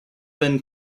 been